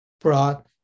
brought